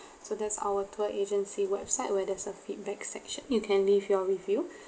so that's our tour agency website where there's a feedback section you can leave your review